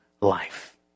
life